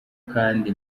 kandi